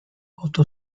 oto